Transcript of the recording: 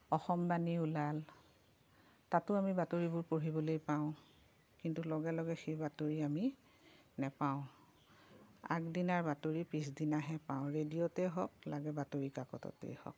অসম বাণী ওলাল তাতো আমি বাতৰিবোৰ পঢ়িবলৈ পাওঁ কিন্তু লগে লগে সেই বাতৰি আমি নেপাওঁ আগদিনাৰ বাতৰি পিছদিনাহে পাওঁ ৰেডিঅ'তে হওঁক লাগে বাতৰিকাকততে হওঁক